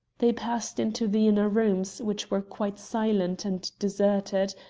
they passed into the inner rooms, which were quite silent and deserted,